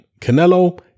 Canelo